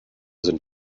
sind